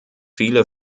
viele